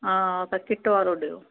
हा त किट वारो ॾियो